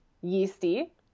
yeasty